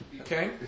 okay